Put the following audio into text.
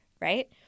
right